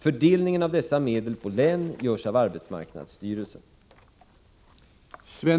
Fördelningen av dessa medel på län görs av arbetsmarknadsstyrelsen.